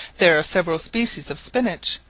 there are several species of spinach,